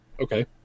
Okay